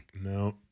No